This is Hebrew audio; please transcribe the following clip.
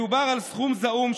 מדובר על סכום זעום,